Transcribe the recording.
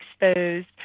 exposed